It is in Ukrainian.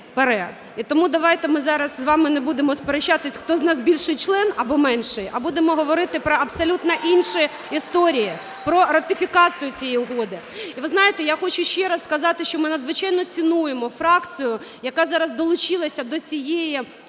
І тому, давайте, ми зараз з вами не будемо сперечатись, хто з нас більший член або менший, а будемо говорити про абсолютно інші історії, про ратифікацію цієї угоди. І ви знаєте, я хочу ще раз сказати, що ми надзвичайно цінуємо фракцію, яка зараз долучилася до цієї…